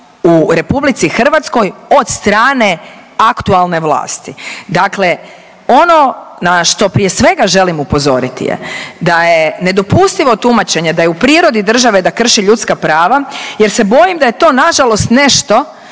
aktualne vlasti. Dakle, aktualne vlasti. Dakle, ono na što prije svega želim upozoriti je da je nedopustivo tumačenje da je u prirodi države da krši ljudska prava jer se bojim da je to na žalost nešto